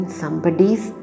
somebody's